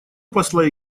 посла